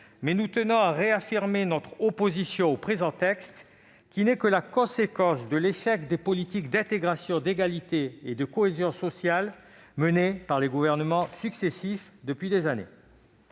mais nous tenons à réaffirmer notre opposition au présent texte, qui n'est que la conséquence de l'échec des politiques d'intégration, d'égalité et de cohésion sociale menées par les gouvernements successifs depuis des années.